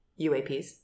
UAPs